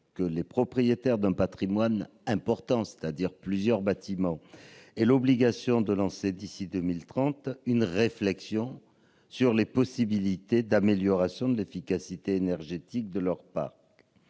que les propriétaires d'un patrimoine important, c'est-à-dire de plusieurs bâtiments, aient l'obligation de lancer, d'ici à 2030, une réflexion sur les possibilités d'amélioration de l'efficacité énergétique. Instaurer